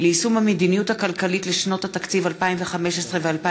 ליישום המדיניות הכלכלית לשנות התקציב 2015 ו-2016),